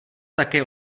také